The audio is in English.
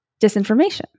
disinformation